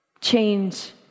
Change